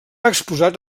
exposat